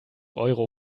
euro